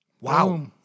Wow